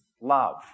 love